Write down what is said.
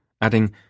adding